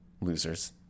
Losers